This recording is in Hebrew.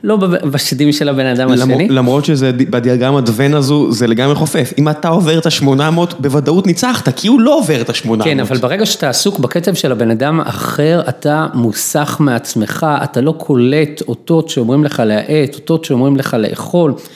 לא בשדים של הבן אדם השני. למרות שזה בדיאגרמת ון הזו, זה לגמרי חופף. אם אתה עובר את ה-800, בוודאות ניצחת, כי הוא לא עובר את ה-800. כן, אבל ברגע שאתה עסוק בקצב של הבן אדם האחר, אתה מוסח מעצמך, אתה לא קולט אותות שאומרים לך להאט, אותות שאומרים לך לאכול.